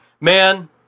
Man